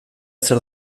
zer